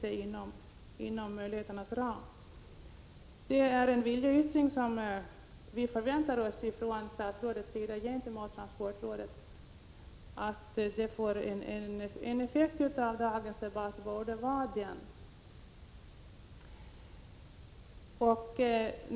En effekt av dagens debatt borde vara en viljeyttring från statsrådets sida gentemot transportrådet.